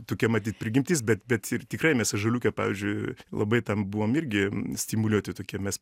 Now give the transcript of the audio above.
tokia matyt prigimtis bet bet ir tikrai mes ąžuoliuke pavyzdžiui labai tam buvom irgi stimuliuoti tokie mes